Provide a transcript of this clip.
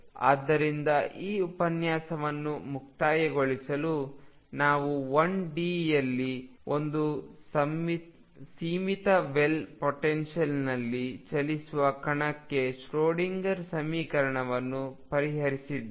ಆದ್ದರಿಂದ ಈ ಉಪನ್ಯಾಸವನ್ನು ಮುಕ್ತಾಯಗೊಳಿಸಲು ನಾವು 1 ಡಿ ಯಲ್ಲಿ ಒಂದು ಸೀಮಿತ ವೆಲ್ ಪೊಟೆನ್ಶಿಯಲ್ ನಲ್ಲಿ ಚಲಿಸುವ ಕಣಕ್ಕೆ ಶ್ರೋಡಿಂಗರ್ ಸಮೀಕರಣವನ್ನು ಪರಿಹರಿಸಿದ್ದೇವೆ